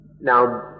Now